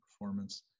performance